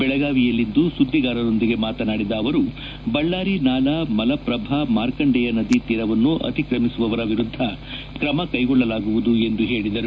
ಬೆಳಗಾವಿಯಲ್ಲಿಂದು ಸುದ್ದಿಗಾರರೊಂದಿಗೆ ಮಾತನಾಡಿದ ಅವರು ಬಳ್ನಾರಿ ನಾಲಾ ಮಲಪ್ರಭಾ ಮಾರ್ಕಂಡೇಯ ನದಿ ತೀರವನ್ನು ಅತಿಕ್ರಮಿಸುವವರ ವಿರುದ್ಧ ಕ್ರಮ ಕೈಗೊಳ್ಳಲಾಗುವುದು ಎಂದು ಹೇಳಿದರು